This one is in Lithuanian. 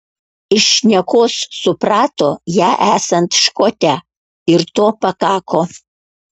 iš šnekos suprato ją esant škotę ir to pakako